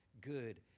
good